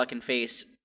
face